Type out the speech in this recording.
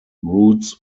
roots